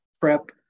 prep